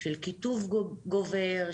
של קיטוב גובר,